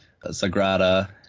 Sagrada